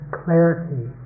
clarity